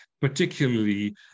particularly